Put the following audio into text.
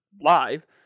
live